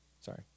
sorry